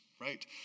right